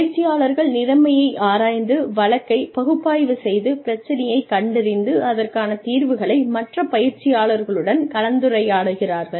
பயிற்சியாளர்கள் நிலைமையை ஆராய்ந்து வழக்கைப் பகுப்பாய்வு செய்து பிரச்சனையைக் கண்டறிந்து அதற்கான தீர்வுகளை மற்ற பயிற்சியாளர்களுடன் கலந்துரையாடுகிறார்கள்